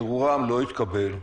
וערעורם לא התקבל.